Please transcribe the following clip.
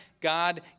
God